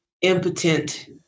impotent